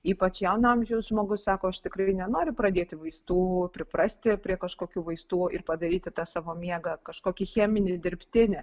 ypač jauno amžiaus žmogus sako aš tikrai nenoriu pradėti vaistų priprasti prie kažkokių vaistų ir padaryti tą savo miegą kažkokį cheminį dirbtinį